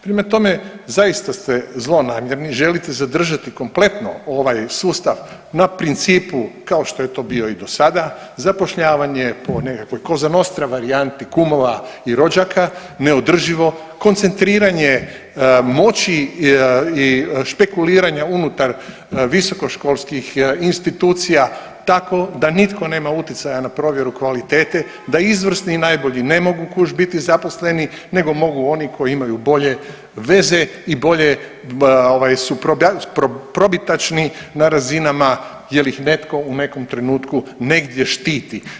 Prema tome, zaista ste zlonamjerni, želite zadržati kompletno ovaj sustav na principu, kao što je to bio i do sada, zapošljavanje po nekakvoj Cosa nostra varijanti kumova i rođaka, neodrživo, koncentriranje moći i špekuliranja unutar visokoškolskih institucija tako da nitko nema utjecaja na provjeru kvalitete, da izvrsni i najbolji ne mogu .../nerazumljivo/... biti zaposleni nego mogu oni koji imaju bolje veze i bolje su probitačni na razinama jer ih netko u nekom trenutku negdje štiti.